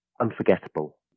unforgettable